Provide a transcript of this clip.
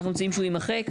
ואנחנו רוצים שהוא יימחק,